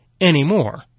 anymore